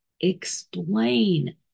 explain